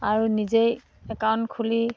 আৰু নিজেই একাউণ্ট খুলি